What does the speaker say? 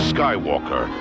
Skywalker